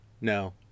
No